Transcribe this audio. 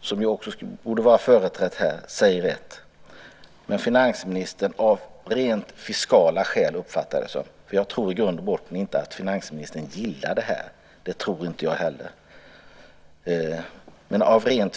som också borde ha varit företrätt här, säger något annat. Men finansministern gör detta av rent fiskala skäl, uppfattar jag det som, för jag tror inte att finansministern i grund och botten gillar det här.